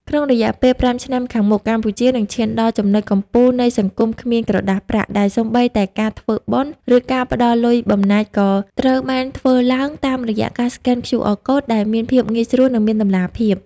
ក្នុងរយៈពេល ៥ ឆ្នាំខាងមុខ កម្ពុជានឹងឈានដល់ចំណុចកំពូលនៃ "សង្គមគ្មានក្រដាសប្រាក់" ដែលសូម្បីតែការធ្វើបុណ្យ ឬការផ្ដល់លុយបំណាច់ក៏ត្រូវបានធ្វើឡើងតាមរយៈការស្កែន QR កូដ ដែលមានភាពងាយស្រួល និងមានតម្លាភាព។